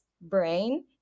brain